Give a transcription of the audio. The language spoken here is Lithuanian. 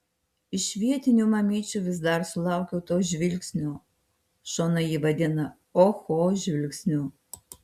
iš vietinių mamyčių vis dar sulaukiu to žvilgsnio šona jį vadina oho žvilgsniu